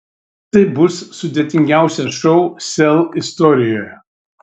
tai bus sudėtingiausias šou sel istorijoje